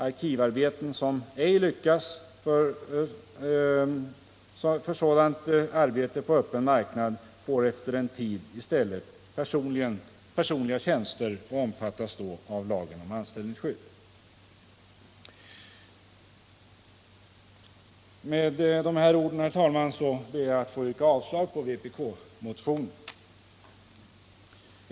Arkivarbetare som ej lyckas få anställning på den öppna marknaden får efter en tid — Nr 33 personliga tjänster och omfattas då av lagen om anställningsskydd. Med dessa ord, herr talman, ber jag att få yrka avslag på vpk-motionen.